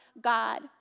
God